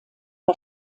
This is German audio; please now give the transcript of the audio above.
bei